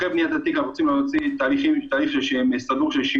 אחרי בניית התיק, אנחנו יוצאים לתהליך של שימוע.